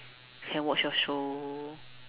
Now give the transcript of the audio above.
can watch your show